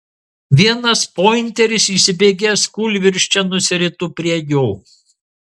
vienas pointeris įsibėgėjęs kūlvirsčia nusirito prie jo